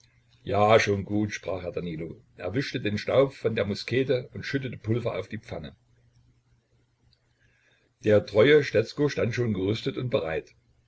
ja schon gut sprach herr danilo er wischte den staub von der muskete und schüttete pulver auf die pfanne der treue stetzko stand schon gerüstet und bereit